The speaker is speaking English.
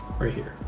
right here.